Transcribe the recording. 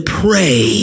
pray